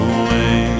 away